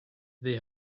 they